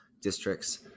districts